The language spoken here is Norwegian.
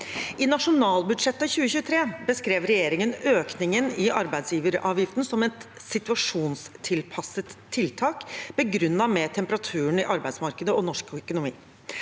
I Nasjonalbudsjettet 2023 beskrev regjeringen økningen i arbeidsgiveravgift som «et situasjonstilpasset tiltak», begrunnet med temperaturen i arbeidsmarkedet og norsk økonomi.